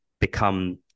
become